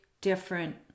different